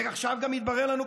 ועכשיו גם התברר לנו,